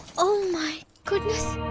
oh my goodness.